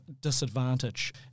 disadvantage